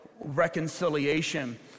reconciliation